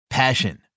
Passion